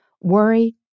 Worry